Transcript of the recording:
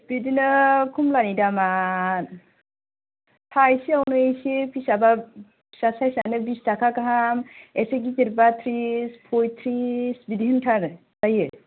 बिदिनो खमलानि दामा थाइसेयावनो एसे फिसाबा फिसा साइसानो बिस थाखा गाहाम एसे गिदिरबा थ्रिस पयथ्रिस बिदि होनथारो जायो